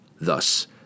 Thus